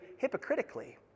hypocritically